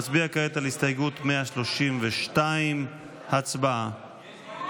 נצביע כעת על הסתייגות 132. הצבעה.